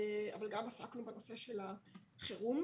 אבל גם עסקנו בנושא של החירום,